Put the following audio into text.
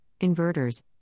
inverters